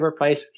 overpriced